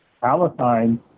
Palestine